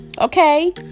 okay